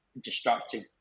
destructive